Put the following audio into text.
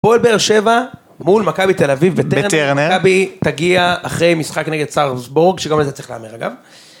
הפועל באר שבע, מול מכבי תל אביב וטרנר, מכבי תגיע אחרי משחק נגד סארסבורג, שגם לזה צריך להמר אגב.